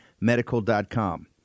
medical.com